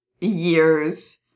years